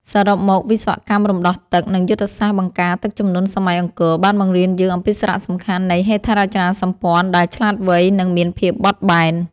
សរុបមក វិស្វកម្មរំដោះទឹក និងយុទ្ធសាស្ត្របង្ការទឹកជំនន់សម័យអង្គរ បានបង្រៀនយើងអំពីសារៈសំខាន់នៃហេដ្ឋារចនាសម្ព័ន្ធដែលឆ្លាតវៃ និងមានភាពបត់បែន។